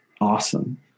awesome